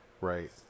right